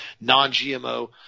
non-GMO